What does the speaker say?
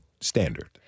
standard